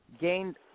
gained